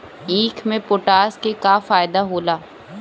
ईख मे पोटास के का फायदा होला?